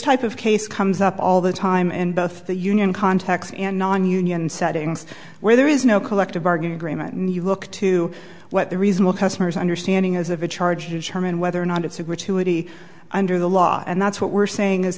type of case comes up all the time in both the union contacts and non union settings where there is no collective bargaining agreement and you look to what the reasonable customer's understanding is of a charge home and whether or not it's a gratuity under the law and that's what we're saying is